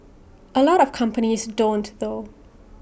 A lot of companies don't though